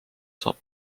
saab